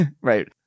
Right